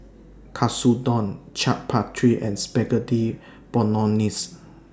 Katsudon Chaat and Spaghetti Bolognese